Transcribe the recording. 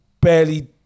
barely